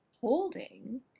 holding